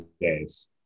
days